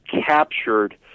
captured